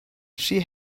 she